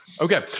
Okay